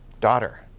daughter